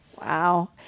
Wow